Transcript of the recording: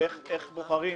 ואיך בוחרים,